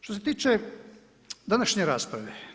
Što se tiče današnje rasprave.